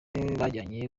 bajyanye